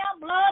blood